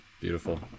beautiful